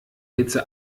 hitze